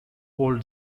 hold